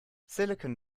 silicon